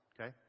okay